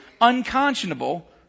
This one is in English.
unconscionable